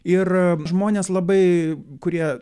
ir žmonės labai kurie